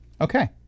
Okay